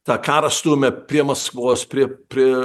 tą karą stumia prie maskvos prie prie